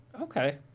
Okay